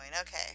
okay